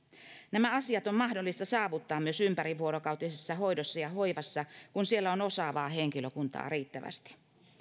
nämä asiat on mahdollista saavuttaa myös ympärivuorokautisessa hoidossa ja hoivassa kun siellä on osaavaa henkilökuntaa riittävästi